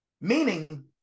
meaning